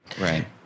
right